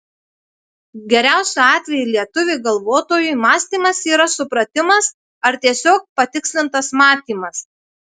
geriausiu atveju lietuviui galvotojui mąstymas yra supratimas ar tiesiog patikslintas matymas